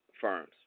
firms